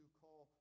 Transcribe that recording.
call